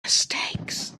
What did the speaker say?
mistakes